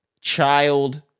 child